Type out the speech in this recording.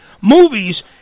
movies